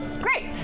Great